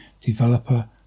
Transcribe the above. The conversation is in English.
developer